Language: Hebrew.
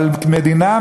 אבל מדינה,